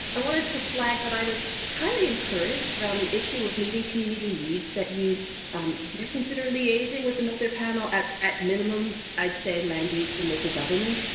i wanted to flag that i would highly encourage that on the issue of meeting community needs that you do consider liaison with another panel at at minimum. i'd say land use and local government.